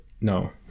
no